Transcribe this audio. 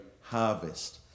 harvest